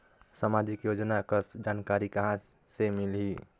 समाजिक योजना कर जानकारी कहाँ से मिलही?